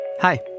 Hi